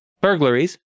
burglaries